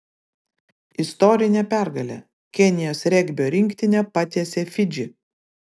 istorinė pergalė kenijos regbio rinktinė patiesė fidžį